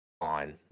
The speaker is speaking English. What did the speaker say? on